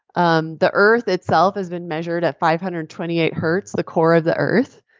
um the earth itself has been measured at five hundred and twenty eight hertz, the core of the earth.